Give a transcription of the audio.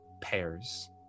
pairs